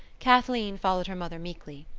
kathleen followed her mother meekly.